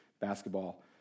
basketball